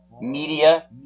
media